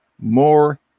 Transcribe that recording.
more